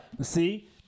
See